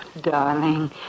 Darling